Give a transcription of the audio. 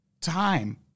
time